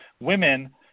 women